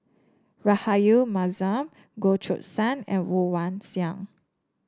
Rahayu Mahzam Goh Choo San and Woon Wah Siang